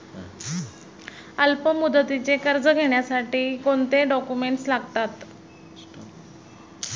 अल्पमुदतीचे कर्ज घेण्यासाठी कोणते डॉक्युमेंट्स लागतात?